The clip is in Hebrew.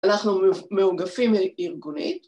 אנחנו מאוגפים לארגונית